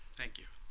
thank you.